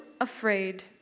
afraid